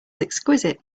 exquisite